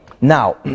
Now